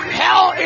hell